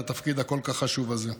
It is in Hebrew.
את התפקיד הכל-כך חשוב הזה.